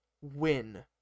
win